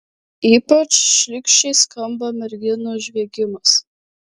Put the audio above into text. ypač šlykščiai skamba merginų žviegimas